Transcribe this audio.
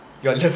your love